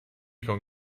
con